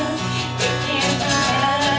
oh my god